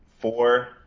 four